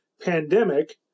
pandemic